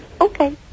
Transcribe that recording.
okay